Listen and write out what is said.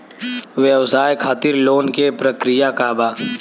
व्यवसाय खातीर लोन के प्रक्रिया का बा?